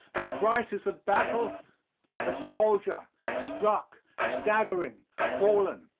the crisis of battle a soldier, struck, staggering, fallen.